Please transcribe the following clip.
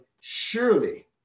surely